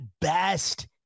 best